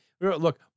look